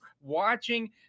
watching